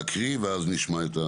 ההקראה.